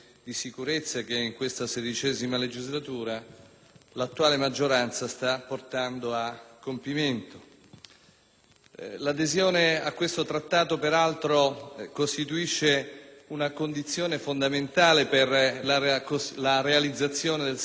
l'attuale maggioranza sta portando a compimento. L'adesione a questo trattato, tra l'altro, costituisce una condizione fondamentale per la realizzazione del secondo pilastro delle politiche di sicurezza dell'Unione europea